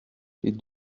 les